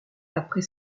après